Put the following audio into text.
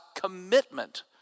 commitment